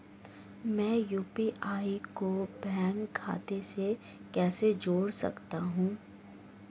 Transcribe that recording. मैं यू.पी.आई को बैंक खाते से कैसे जोड़ सकता हूँ?